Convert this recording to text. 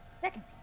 Second